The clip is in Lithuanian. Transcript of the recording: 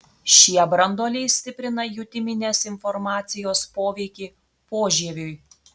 šie branduoliai stiprina jutiminės informacijos poveikį požieviui